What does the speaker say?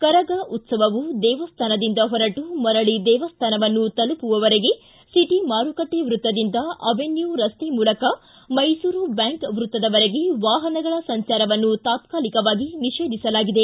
ಕರಗ ಉತ್ಸವವು ದೇವಸ್ಥಾನದಿಂದ ಹೊರಟು ಮರಳಿ ದೇವಸ್ಥಾನವನ್ನು ತಲುಪುವವರೆಗೆ ಒಟಿ ಮಾರುಕಟ್ಟೆ ವೃತ್ತದಿಂದ ಅವೆನ್ಯೂ ರಸ್ತೆ ಮೂಲಕ ಮೈಸೂರು ಬ್ಯಾಂಕ್ ವೃತ್ತದವರೆಗೆ ವಾಹನಗಳ ಸಂಚಾರವನ್ನು ತಾತ್ಕಾಲಿಕವಾಗಿ ನಿಷೇಧಿಸಲಾಗಿದೆ